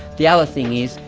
the other thing is,